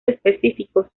específicos